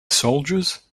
soldiers